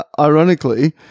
ironically